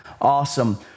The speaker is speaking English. awesome